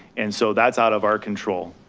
and so that's out of our control.